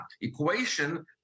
equation